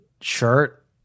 shirt